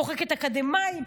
מוחקת אקדמאים.